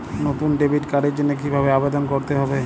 নতুন ডেবিট কার্ডের জন্য কীভাবে আবেদন করতে হবে?